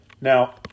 Now